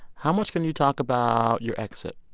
how much can you talk about your exit?